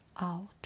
out